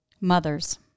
Mothers